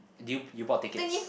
did you you bought tickets